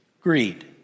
Greed